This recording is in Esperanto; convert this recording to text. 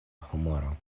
humoro